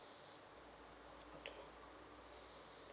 okay